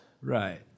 Right